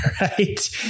right